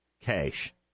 cash